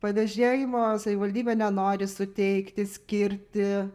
pavėžėjimo savivaldybė nenori suteikti skirti